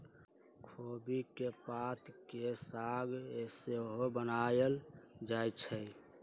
खोबि के पात के साग सेहो बनायल जाइ छइ